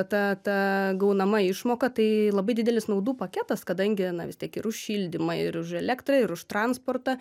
ta ta gaunama išmoka tai labai didelis naudų paketas kadangi na vis tiek ir už šildymą ir už elektrą ir už transportą